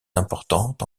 importante